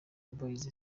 boyz